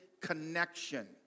connection